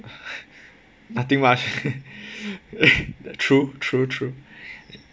nothing much true true true